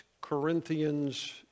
Corinthians